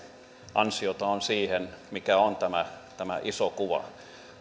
ansiota on siihen mikä on tämä tämä iso kuva